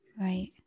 Right